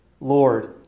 Lord